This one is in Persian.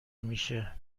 میشه